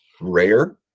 rare